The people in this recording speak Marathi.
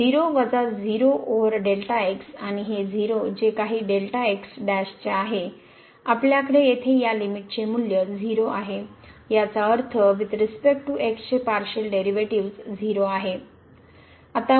तर 0 वजा 0 ओवर आणि हे 0 जे काही 'चे आहे आपल्याकडे येथे या लिमिटचे मूल्य 0 आहे याचा अर्थ वुईथ रिस्पेक्ट टू x चे पारशीअल डेरिव्हेटिव्ह्ज 0 आहे